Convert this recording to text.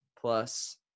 plus